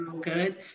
good